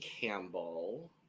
Campbell